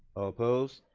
all opposed?